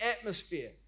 atmosphere